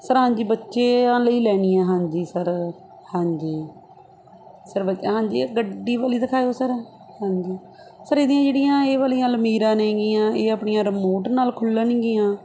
sir ਹਾਂਜੀ ਬੱਚਿਆਂ ਦੇ ਲਈ ਲੈਣੀ ਆ ਹਾਂਜੀ ਸਰ ਹਾਂਜੀ ਸਰ ਵ ਹਾਂਜੀ ਇਹ ਗੱਡੀ ਵਾਲੀ ਦਿਖਾਇਓ ਸਰ ਹਾਂਜੀ ਸਰ ਇਹਦੀਆਂ ਜਿਹੜੀਆਂ ਇਹ ਵਾਲੀਆਂ ਐਲਮੀਰਾ ਨੇਗੀਆਂ ਇਹ ਆਪਣੀਆਂ ਰਿਮੋਟ ਨਾਲ ਖੁੱਲ੍ਹਣਗੀਆਂ